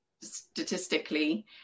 statistically